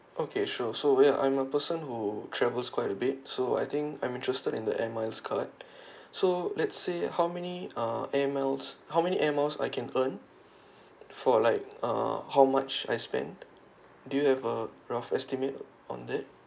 okay sure so ya I'm a person who travels quite a bit so I think I'm interested in the air miles card so let's say how many uh air miles how many air miles I can earn for like uh how much I spend do you have a rough estimate on that